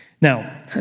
Now